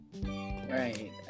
Right